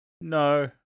no